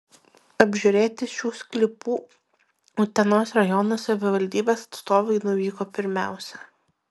apžiūrėti šių sklypų utenos rajono savivaldybės atstovai nuvyko pirmiausia